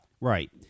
Right